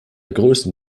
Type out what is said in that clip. größen